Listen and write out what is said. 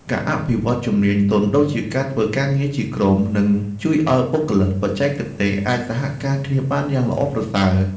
ការអភិវឌ្ឍជំនាញទន់ដូចជាការធ្វើការងារជាក្រុមនឹងជួយឱ្យបុគ្គលិកបច្ចេកទេសអាចសហការគ្នាបានយ៉ាងល្អប្រសើរ។